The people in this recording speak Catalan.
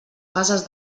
fases